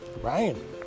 Ryan